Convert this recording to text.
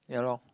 ya lor